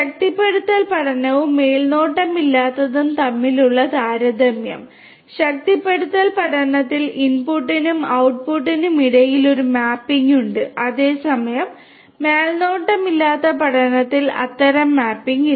ശക്തിപ്പെടുത്തൽ പഠനവും മേൽനോട്ടമില്ലാത്തതും തമ്മിലുള്ള താരതമ്യം ശക്തിപ്പെടുത്തൽ പഠനത്തിൽ ഇൻപുട്ടിനും ഔട്ട്ട്ട്പുട്ടിനും ഇടയിൽ ഒരു മാപ്പിംഗ് ഉണ്ട് അതേസമയം മേൽനോട്ടമില്ലാത്ത പഠനത്തിൽ അത്തരം മാപ്പിംഗ് ഇല്ല